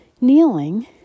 kneeling